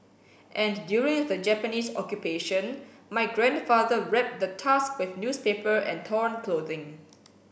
and during the Japanese Occupation my grandfather wrap the tusk with newspaper and torn clothing